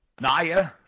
Naya